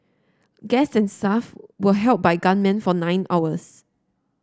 guest and staff were held by gunmen for nine hours